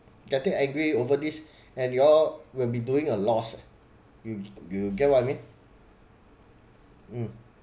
getting angry over this and you all will be doing a loss ah you you get what I mean mm